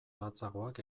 latzagoak